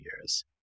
years